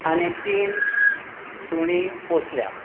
आनी तीन सुणीं पोसल्यांत